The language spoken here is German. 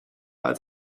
als